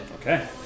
Okay